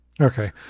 Okay